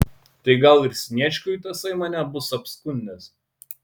tai gal ir sniečkui tasai mane bus apskundęs